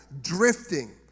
drifting